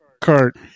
cart